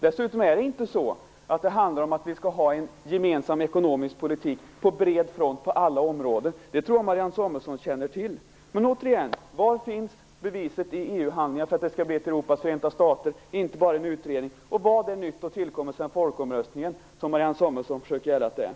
Dessutom handlar det inte om att vi skall ha en gemensam ekonomisk politik på bred front på alla områden. Det tror jag att Marianne Samuelsson känner till. Men återigen: Var finns beviset i EU-handlingar, inte bara i en utredning, för att det skall bli ett Europas förenta stater? Vad är nytt och vad har tillkommit sedan folkomröstningen, som Marianne Samuelsson har försökt att göra gällande?